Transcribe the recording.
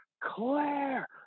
Claire